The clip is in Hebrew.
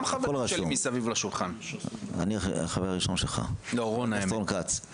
רון כץ.